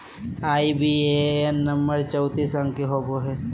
IBAN number चौतीस अंक के होवो हय